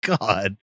God